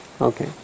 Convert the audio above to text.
okay